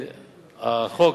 החוק,